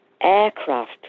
aircraft